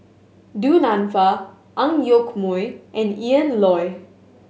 Du Nanfa Ang Yoke Mooi and Ian Loy